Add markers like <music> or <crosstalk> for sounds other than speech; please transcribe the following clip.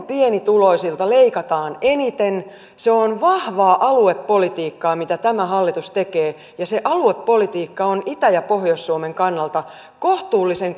<unintelligible> pienituloisilta leikataan eniten se on vahvaa aluepolitiikkaa mitä tämä hallitus tekee ja se aluepolitiikka on itä ja pohjois suomen kannalta kohtuullisen <unintelligible>